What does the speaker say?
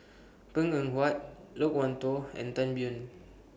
Png Eng Huat Loke Wan Tho and Tan Biyun